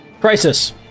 Crisis